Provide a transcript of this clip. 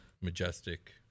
majestic